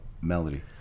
melody